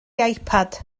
ipad